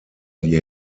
die